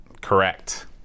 Correct